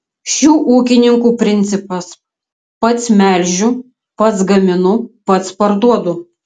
šių ūkininkų principas pats melžiu pats gaminu pats parduodu